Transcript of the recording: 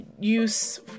use